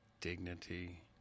dignity